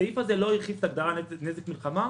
הסעיף הזה לא הרחיב את ההגדרה "נזק מלחמה".